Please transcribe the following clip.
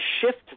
shift